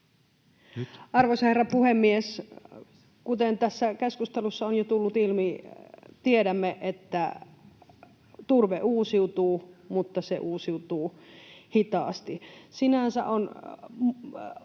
Arvoisa herra puhemies! Kuten tässä keskustelussa on jo tullut ilmi, tiedämme, että turve uusiutuu, mutta se uusiutuu hitaasti. Sinänsä on